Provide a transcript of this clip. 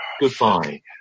Goodbye